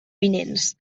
vinents